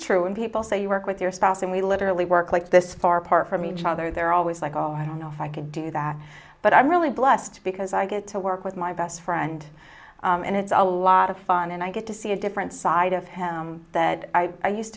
true when people say you work with your spouse and we literally work like this far apart from each other they're always like oh i don't know if i could do that but i'm really blessed because i get to work with my best friend and it's a lot of fun and i get to see a different side of him that i used